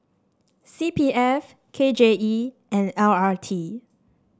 C P F K J E and L R T